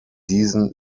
diesen